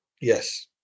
yes